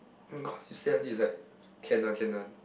um cause you say until this like can one can one